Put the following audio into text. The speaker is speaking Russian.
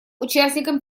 участником